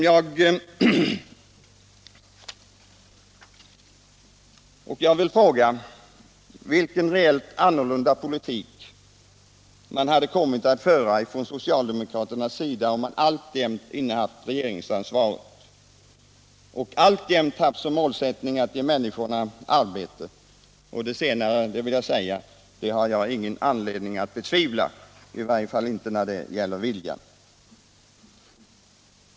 Jag vill fråga socialdemokraterna vilken reellt annorlunda politik de skulle ha fört om de alltjämt haft regeringsansvaret och alltjämt haft som målsättning att ge människorna arbete — och det har jag inte någon anledning att betvivla att man skulle ha haft.